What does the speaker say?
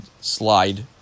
slide